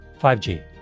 5G